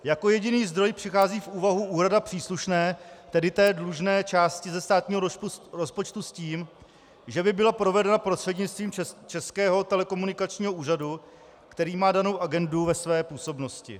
Jako jediný zdroj přichází v úvahu úhrada příslušné, tedy té dlužné částky ze státního rozpočtu, s tím, že by byla provedena prostřednictvím Českého telekomunikačního úřadu, který má danou agendu ve své působnosti.